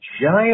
giant